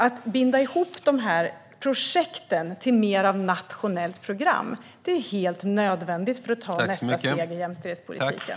Att binda ihop de här projekten till mer av ett nationellt program är helt nödvändigt för att ta nästa steg i jämställdhetspolitiken.